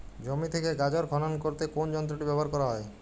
জমি থেকে গাজর খনন করতে কোন যন্ত্রটি ব্যবহার করা হয়?